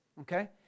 okay